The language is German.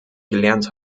gelernt